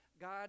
God